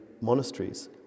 monasteries